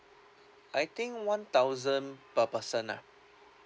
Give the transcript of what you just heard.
I think one thousand per person lah